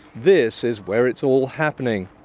this is where it's all happening.